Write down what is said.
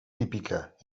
típica